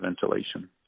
ventilation